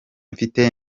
mfite